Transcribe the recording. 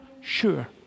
Sure